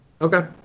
Okay